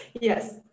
Yes